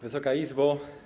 Wysoka Izbo!